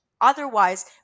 Otherwise